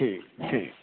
ਠੀਕ ਠੀਕ